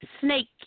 snake